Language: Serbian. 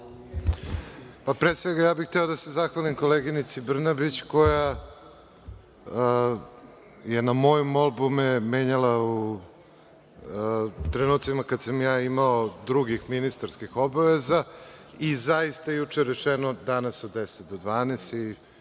Pre svega, ja bih hteo da se zahvalim koleginici Brnabić koja me je na moju molbu menjala u trenucima kada sam ja imao drugih ministarskih obaveza. I zaista je juče rečeno – danas od deset